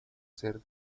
ser